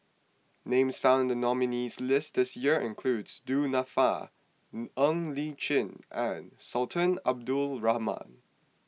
names found in the nominees' list this year includes Du Nanfa Ng Li Chin and Sultan Abdul Rahman